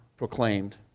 proclaimed